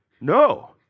No